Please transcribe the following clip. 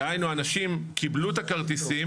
דהיינו אנשים קיבלו את הכרטיסים,